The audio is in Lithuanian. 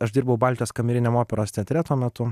aš dirbau baltijos kameriniam operos teatre tuo metu